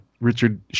Richard